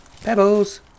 Pebbles